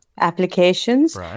Applications